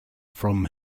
from